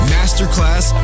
Masterclass